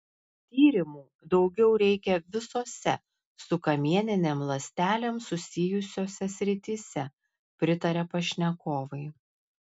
tyrimų daugiau reikia visose su kamieninėm ląstelėm susijusiose srityse pritaria pašnekovai